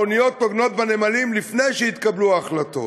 האוניות עוגנות בנמלים לפני שהתקבלו ההחלטות.